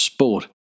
Sport